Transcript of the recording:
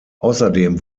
außerdem